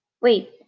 Wait